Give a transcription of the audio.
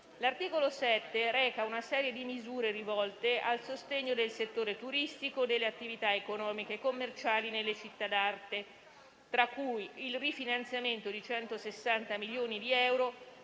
L'articolo 7 reca una serie di misure rivolte al sostegno del settore turistico, delle attività economiche e commerciali nelle città d'arte, tra le quali il rifinanziamento di 160 milioni di euro